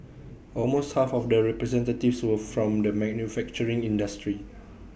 almost half of the representatives were from the manufacturing industry